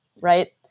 right